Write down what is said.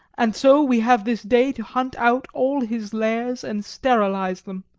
and so we have this day to hunt out all his lairs and sterilise them.